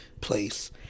place